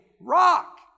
rock